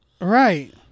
Right